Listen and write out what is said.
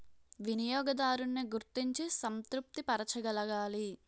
వినియోగదారున్ని గుర్తించి సంతృప్తి పరచగలగాలి